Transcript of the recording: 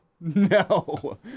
no